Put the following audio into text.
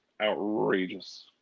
outrageous